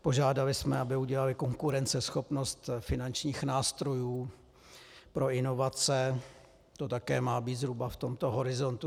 Požádali jsme, aby udělali konkurenceschopnost finančních nástrojů pro inovace, to také má být zhruba v tomto horizontu.